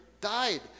died